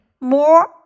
more